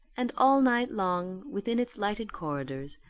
and all night long, within its lighted corridors,